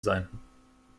sein